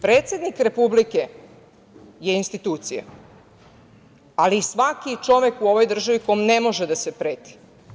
Predsednik Republike je institucija, ali i svaki čovek u ovoj državi kom ne može da se preti.